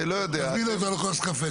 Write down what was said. אם יהיה עכשיו עיכוב של מספר שבועות בודד,